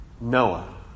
Noah